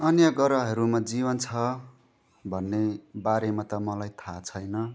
अन्य ग्रहहरूमा जीवन छ भन्ने बारेमा त मलाई थाहा छैन